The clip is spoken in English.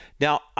Now